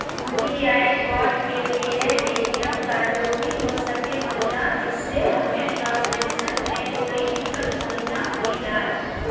UPI code के लिए ATM का जरूरी हो सके महिना जिससे हमें ट्रांजैक्शन में कोई दिक्कत महिना हुई ला?